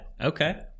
Okay